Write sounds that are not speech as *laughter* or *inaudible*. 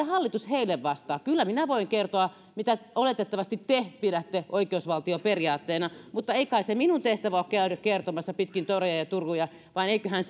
*unintelligible* hallitus heille vastaa kyllä minä voin kertoa mitä oletettavasti te pidätte oikeusvaltioperiaatteena mutta ei kai se minun tehtäväni ole käydä kertomassa pitkin toreja ja turuja vaan eiköhän *unintelligible*